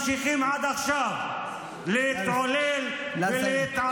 הם ממשיכים עד עכשיו להתעלל ולהתעמר,